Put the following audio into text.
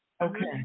Okay